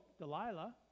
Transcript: Delilah